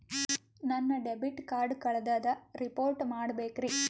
ನನ್ನ debit card ಕಳ್ದದ report ಮಾಡಬೇಕ್ರಿ